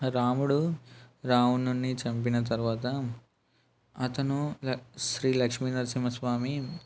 రాముడు రావణుణ్ణి చంపిన తరువాత అతను శ్రీ లక్ష్మీ నరసింహ స్వామి